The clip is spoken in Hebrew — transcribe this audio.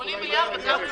חסר היגיון.